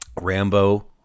Rambo